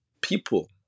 people